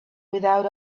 without